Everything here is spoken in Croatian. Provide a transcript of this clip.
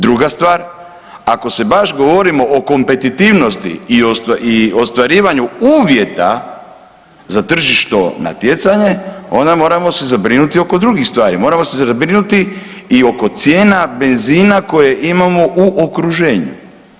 Druga stvar, ako se baš govorimo o kompetitivnosti i ostvarivanju uvjeta za tržišno natjecanje onda moramo se zabrinuti oko drugih stvari, moramo se zabrinuti i oko cijena benzina koje imamo u okruženju.